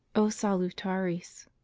o salutaris